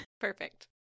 Perfect